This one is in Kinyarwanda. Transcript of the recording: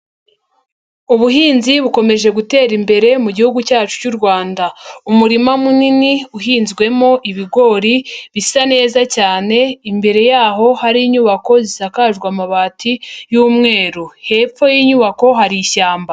Ubuhinzi bukomeje gutera imbere mugihugu cyacu cy'u Rwanda, umurima munini uhinzwemo ibigori bisa neza cyane, imbere yaho hari inyubako zisakajwe amabati y'umweru hepfo y'inyubako hari ishyamba.